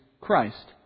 Christ